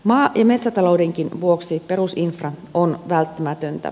maa ja metsätaloudenkin vuoksi perusinfra on välttämätöntä